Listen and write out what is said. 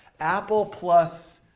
apple plus